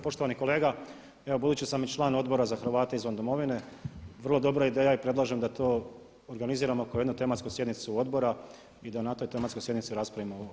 Poštovani kolega evo budući sam i član Odbora za Hrvate izvan domovine vrlo dobro ideja i predlažem da to organiziramo kao jednu tematsku sjednicu odbora i da na toj tematskoj sjednici raspravimo ovo pitanje.